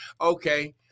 Okay